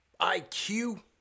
IQ